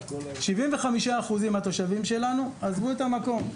75% מהתושבים שלנו עזבו את המקום,